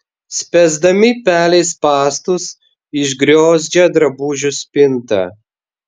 spęsdami pelei spąstus išgriozdžia drabužių spintą